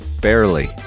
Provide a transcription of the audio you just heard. Barely